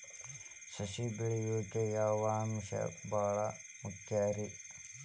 ಸಸಿ ಬೆಳೆಯಾಕ್ ಯಾವ ಅಂಶ ಭಾಳ ಮುಖ್ಯ ರೇ?